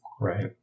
Right